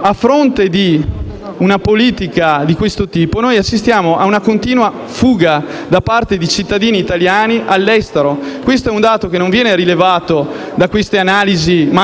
a fronte di una politica di questo tipo, noi assistiamo ad una continua fuga da parte di cittadini italiani all'estero. Questo è un dato che non viene rilevato da queste analisi macroeconomiche,